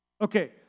Okay